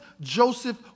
Joseph